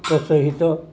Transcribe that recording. ପ୍ରତ୍ସୋହିତ